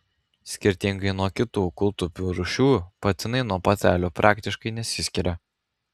skirtingai nuo kitų kūltupių rūšių patinai nuo patelių praktiškai nesiskiria